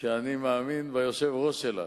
שאני מאמין ביושב-ראש שלה,